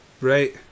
Right